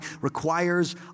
requires